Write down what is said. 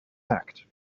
act